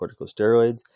corticosteroids